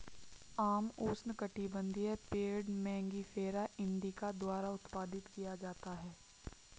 आम उष्णकटिबंधीय पेड़ मैंगिफेरा इंडिका द्वारा उत्पादित किया जाता है